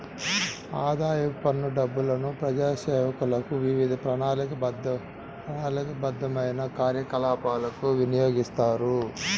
ఆదాయపు పన్ను డబ్బులను ప్రజాసేవలకు, వివిధ ప్రణాళికాబద్ధమైన కార్యకలాపాలకు వినియోగిస్తారు